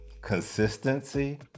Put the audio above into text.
consistency